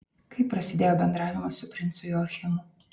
kaip prasidėjo bendravimas su princu joachimu